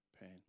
pain